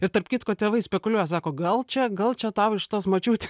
ir tarp kitko tėvai spekuliuoja sako gal čia gal čia tau iš tos močiutė